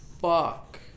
Fuck